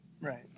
Right